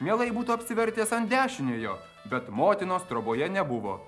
mielai būtų apsivertęs ant dešiniojo bet motinos troboje nebuvo